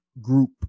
group